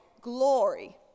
Glory